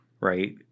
right